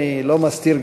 אני לא מסתיר,